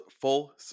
full